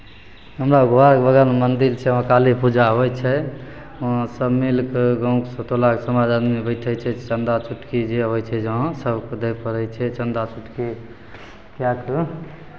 हमरा घरके बगलमे मन्दिर छै वहाँ काली पूजा होइ छै वहाँ सभ मिलि कऽ गाँव टोलाके समाज आदमी बैठै छै चन्दा चुटकी जे होइ छै जहाँ सभके दय पड़ै छै चन्दा चुटकी कए कऽ